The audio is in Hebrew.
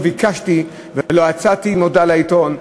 לא ביקשתי ולא יצאתי עם הודעה לעיתון,